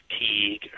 fatigue